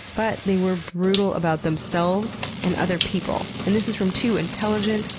but they were brutal about themselves and other people. and this is from two intelligent,